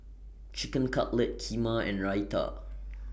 Chicken Cutlet Kheema and Raita